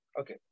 okay